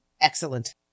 excellent